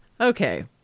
Okay